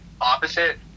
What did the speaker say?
opposite